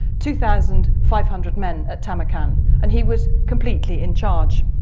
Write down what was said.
two thousand five hundred men at tamarkan and he was completely in charge.